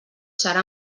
serà